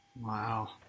Wow